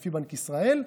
לפי בנק ישראל,